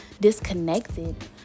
disconnected